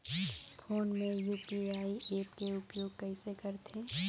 Phone मे UPI app के उपयोग कइसे करथे?